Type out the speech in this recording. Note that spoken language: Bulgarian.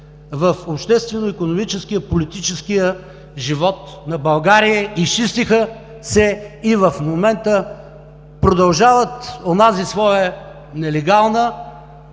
в обществено-икономическия, политическия живот на България, изчистиха се и в момента продължават онази своя нелегална,